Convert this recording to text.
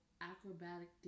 acrobatic